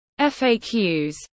FAQs